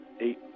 eight